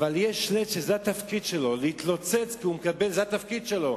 אבל יש לץ שזה התפקיד שלו, להתלוצץ זה התפקיד שלו,